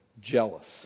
jealous